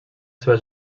seva